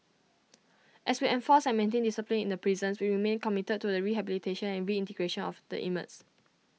as we enforced and maintained discipline in the prisons we remain committed to the rehabilitation and reintegration of the inmates